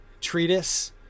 treatise